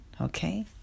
okay